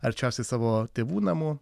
arčiausiai savo tėvų namų